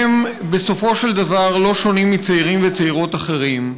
הם בסופו של דבר לא שונים מצעירים וצעירות אחרים,